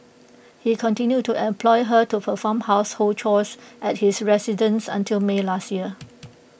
he continued to employ her to perform household chores at his residence until may last year